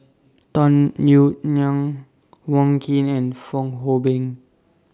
Tung Yue Nang Wong Keen and Fong Hoe Beng